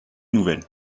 nouvelle